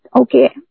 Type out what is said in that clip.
okay